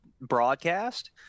broadcast